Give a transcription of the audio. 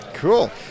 Cool